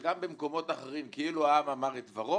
וגם במקומות אחרים כאילו העם אמר את דברו